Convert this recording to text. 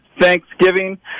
Thanksgiving